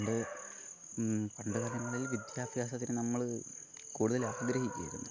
പണ്ട് പണ്ടുകാലങ്ങളിൽ വിദ്യാഭ്യാസത്തിന് നമ്മൾ കൂടുതൽ ആഗ്രഹിക്കുകയായിരുന്നു